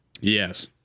Yes